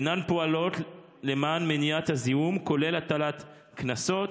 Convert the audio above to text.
אינן פועלות למען מניעת הזיהום, כולל הטלת קנסות